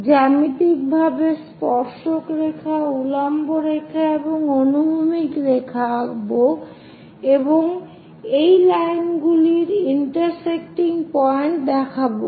জ্যামিতিক ভাবে স্পর্শক রেখা উল্লম্ব রেখা এবং অনুভূমিক রেখা আঁকবো এবং এই লাইনগুলির ইন্টার্সক্টিং পয়েন্ট দেখাবো